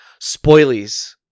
Spoilies